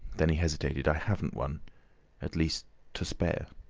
then he hesitated. i haven't one at least to spare.